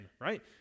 right